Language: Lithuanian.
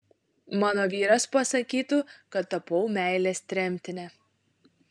mano vyras pasakytų kad tapau meilės tremtine